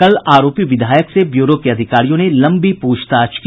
कल आरोपी विधायक से ब्यूरो के अधिकारियों ने लंबी पूछताछ की